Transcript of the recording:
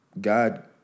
God